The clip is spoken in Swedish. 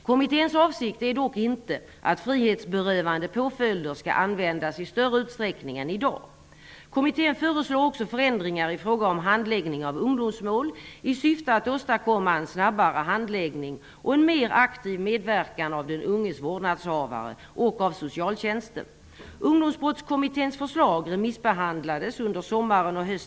Kommitténs avsikt är dock inte att frihetsberövande påföljder skall användas i större utsträckning än i dag. Kommittén förslår också förändringar i fråga om handläggningen av ungdomsmål i syfte att åstadkomma en snabbare handläggning och en mer aktiv medverkan av den unges vårdnadshavare och av socialtjänsten.